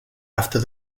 after